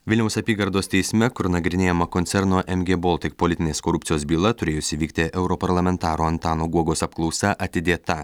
vilniaus apygardos teisme kur nagrinėjama koncerno mg baltic politinės korupcijos byla turėjusi vykti europarlamentaro antano guogos apklausa atidėta